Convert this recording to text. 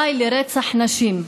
די לרצח נשים.